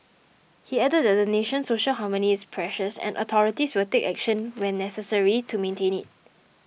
he added that the nation's social harmony is precious and authorities will take action when necessary to maintain it